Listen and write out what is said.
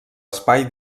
espai